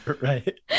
Right